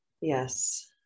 Yes